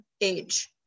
age